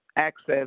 access